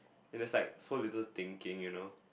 and is like so little thinking you know